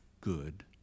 good